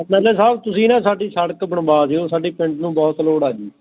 M L A ਸਾਹਿਬ ਤੁਸੀਂ ਨਾ ਸਾਡੀ ਸੜਕ ਬਣਵਾ ਦਿਓ ਸਾਡੇ ਪਿੰਡ ਨੂੰ ਬਹੁਤ ਲੋੜ ਆ ਜੀ